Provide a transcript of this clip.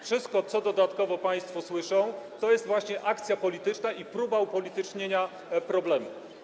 Wszystko, co dodatkowo państwo słyszą, to jest właśnie akcja polityczna i próba upolitycznienia problemu.